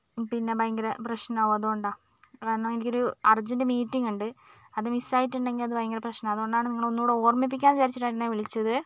പിന്നെ ഭയങ്കര പ്രശ്നമാവും അതുകൊണ്ടാണ് കാരണം എനിക്കൊരു അർജൻറ്റ് മീറ്റിങുണ്ട് അത് മിസ്സായിട്ടുണ്ടെങ്കിൽ അത് ഭയങ്കര പ്രശ്നമാണ് അതുകൊണ്ടാണ് നിങ്ങളോടു ഒന്നൂടെ ഓർമിപ്പിക്കാന്ന് വിചാരിച്ചിട്ടായിരുന്നേ വിളിച്ചത്